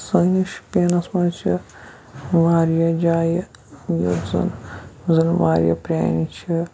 سٲنِس شُپیَنَس منٛز چھِ واریاہ جایہِ یُتھ زَن زَن واریاہ پرٛانہِ چھِ